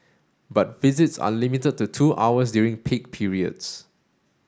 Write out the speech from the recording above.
but visits are limited to two hours during peak periods